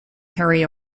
harry